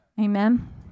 Amen